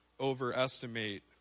overestimate